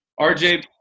RJ